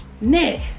Nick